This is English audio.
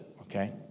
Okay